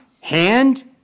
hand